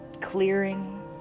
clearing